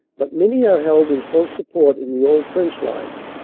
but many are held in close sup port in the old trench lines,